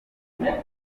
aritonda